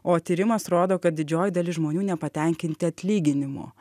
o tyrimas rodo kad didžioji dalis žmonių nepatenkinti atlyginimu